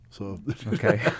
Okay